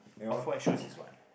off white shoes is what